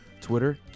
Twitter